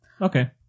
Okay